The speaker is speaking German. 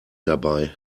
dabei